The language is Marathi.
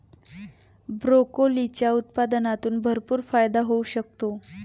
ब्रोकोलीच्या उत्पादनातून भरपूर फायदा होऊ शकतो